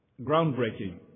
groundbreaking